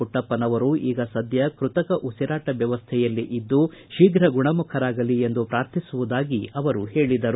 ಪುಟ್ಟಪ್ಪನವರು ಈಗ ಸದ್ಯ ಕೃತಕ ಉಸಿರಾಟ ವ್ವವಸ್ಥೆಯಲ್ಲಿ ಇದ್ದು ಶೀಘ್ರ ಗುಣಮುಖರಾಗಲಿ ಎಂದು ಪ್ರಾರ್ಥಿಸುವುದಾಗಿ ಅವರು ಹೇಳಿದರು